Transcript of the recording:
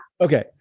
Okay